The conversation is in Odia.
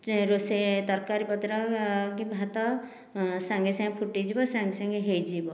ରୋଷେଇ ତରକାରୀ ପତ୍ର କି ଭାତ ସାଙ୍ଗେ ସାଙ୍ଗେ ଫୁଟିଯିବ ସାଙ୍ଗେ ସାଙ୍ଗେ ହୋଇଯିବ